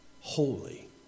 Holy